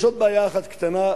יש עוד בעיה אחת קטנה,